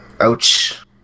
Ouch